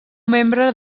membre